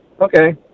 Okay